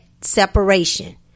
separation